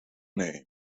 name